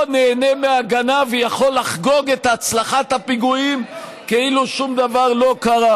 ולא נהנה מהגנה ויכול לחגוג את הצלחת הפיגועים כאילו שום דבר לא קרה.